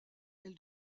elle